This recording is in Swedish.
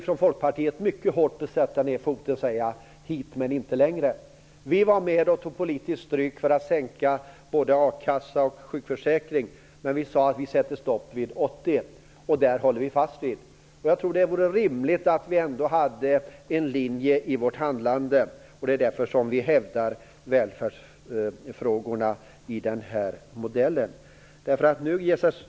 Från Folkpartiet vill vi mycket bestämt sätta ned foten och säga: Hit men inte längre! Vi var med och tog politisk strid för att sänka ersättningsnivån i både a-kassan och sjukförsäkringen. Men vi sade att vi sätter stopp vid 80 %, och det håller vi fast vid. Jag tror att det vore rimligt om vi ändå hade en linje i vårt handlande. Därför hävdar vi välfärdsfrågorna i den här modellen.